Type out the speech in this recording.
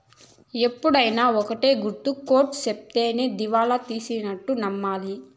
ఎప్పుడైనా ఒక్కటే గుర్తు కోర్ట్ సెప్తేనే దివాళా తీసినట్టు నమ్మాలి